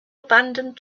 abandoned